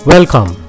Welcome